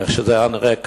איך שזה היה נראה.